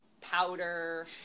powder